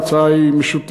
בראש, ההצעה היא משותפת,